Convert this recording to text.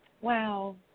Wow